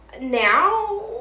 Now